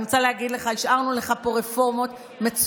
אני רוצה להגיד לך: השארנו לך פה רפורמות מצוינות.